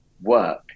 work